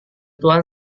tuhan